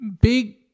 big